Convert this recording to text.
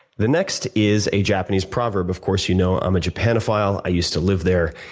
the next is a japanese proverb. of course, you know i'm a japanophile i used to live there.